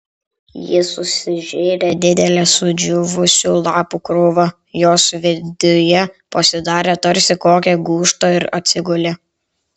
ji susižėrė didelę sudžiūvusių lapų krūvą jos viduje pasidarė tarsi kokią gūžtą ir atsigulė